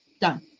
Done